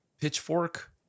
Pitchfork